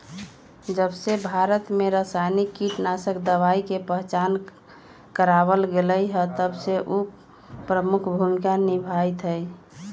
जबसे भारत में रसायनिक कीटनाशक दवाई के पहचान करावल गएल है तबसे उ प्रमुख भूमिका निभाई थई